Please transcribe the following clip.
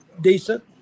decent